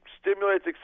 stimulates